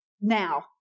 now